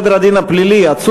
45 בעד, אין מתנגדים, אין נמנעים.